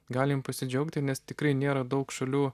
galim pasidžiaugti nes tikrai nėra daug šalių